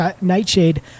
nightshade